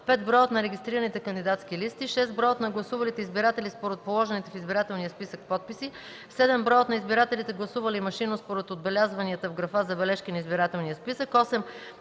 5. броят на регистрираните кандидатски листи; 6. броят на гласувалите избиратели според положените в избирателния списък подписи; 7. броят на избирателите гласували машинно според отбелязванията в графа „Забележки” на избирателния списък;